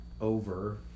over